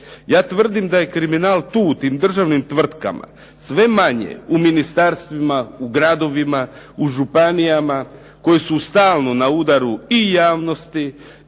Ja tvrdim da je kriminal tu u tim državnim tvrtkama, sve manje u ministarstvima, u gradovima, u županijama koje su stalno na udaru i javnosti